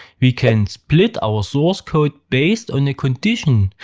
we can split our source code based on a condition,